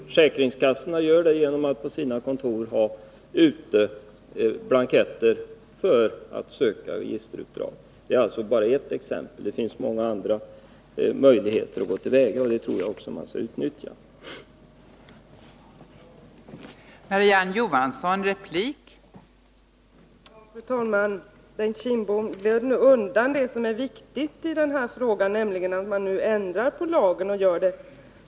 Försäkringskassorna gör det genom att på sina kontor lägga ut blanketter för ansökan om registerutdrag. Det är bara ett exempel. Det finns många andra sätt att gå till väga på och som jag tycker att Nr 44 man också skall utnyttja. Tisdagen den